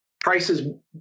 Prices